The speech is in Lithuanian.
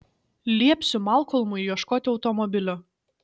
liepsiu malkolmui ieškoti automobilio